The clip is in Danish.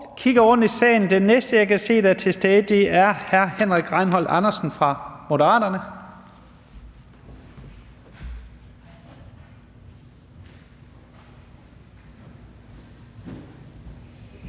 kigger rundt i salen, og den næste, jeg kan se er til stede, er hr. Henrik Rejnholt Andersen fra Moderaterne.